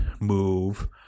move